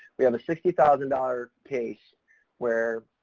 we have a sixty thousand dollars case where